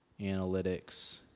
analytics